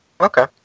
Okay